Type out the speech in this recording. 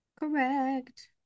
Correct